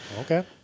okay